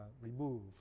remove